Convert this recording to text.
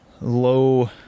low